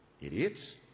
Idiots